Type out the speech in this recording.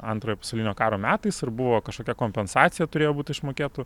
antrojo pasaulinio karo metais ir buvo kažkokia kompensacija turėjo būti išmokėtų